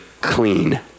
clean